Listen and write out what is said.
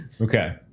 Okay